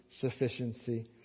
sufficiency